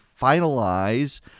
finalize